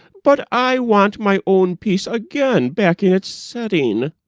but i want my own piece again back in its setting.